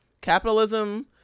capitalism